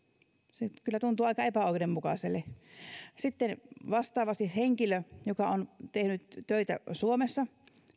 tuntuu kyllä aika epäoikeudenmukaiselta sitten vastaavasti henkilö joka on tehnyt töitä suomessa